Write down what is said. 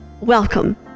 welcome